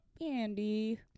andy